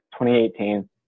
2018